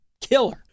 killer